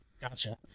Gotcha